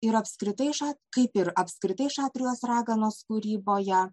ir apskritai ša kaip ir apskritai šatrijos raganos kūryboje